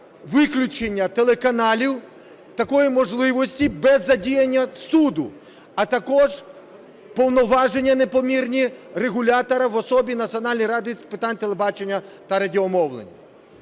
виключення телеканалів такої можливості без задіяння суду, а також повноваження непомірні регулятора в особі Національної ради з питань телебачення та радіомовлення.